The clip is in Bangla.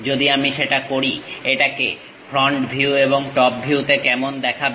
যদি আমি সেটা করি এটাকে ফ্রন্ট ভিউ এবং টপ ভিউতে কেমন দেখাবে